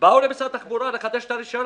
באו למשרד התחבורה לחדש את הרישיון,